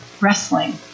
wrestling